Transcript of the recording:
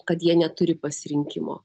kad jie neturi pasirinkimo